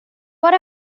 what